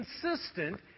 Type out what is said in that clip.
consistent